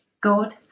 God